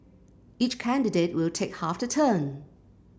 each candidate will take half the term